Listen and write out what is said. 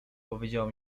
powiedziało